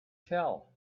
tell